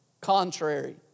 contrary